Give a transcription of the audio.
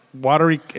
watery